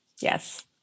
Yes